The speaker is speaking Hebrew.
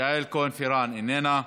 יעל כהן-פארן, איננה,